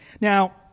Now